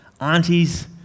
aunties